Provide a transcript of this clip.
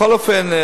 בכל אופן,